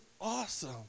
awesome